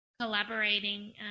collaborating